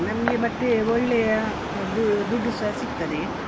ನಮಗೆ ಮತ್ತೆ ಒಳ್ಳೆಯ ದುಡ್ಡು ಸಹ ಸಿಗ್ತದೆ